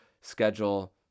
schedule